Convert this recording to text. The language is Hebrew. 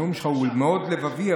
הנאום שלך מאוד לבבי,